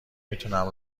میتونم